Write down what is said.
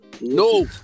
No